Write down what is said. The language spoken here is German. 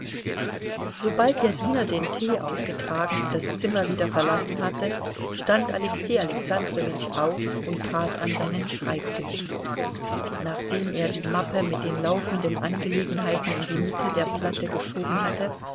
sobald der diener den tee aufgetragen und das zimmer wieder verlassen hatte stand alexei alexandrowitsch auf und trat an seinen schreibtisch nachdem er die mappe mit den laufenden angelegenheiten in die mitte der platte geschoben hatte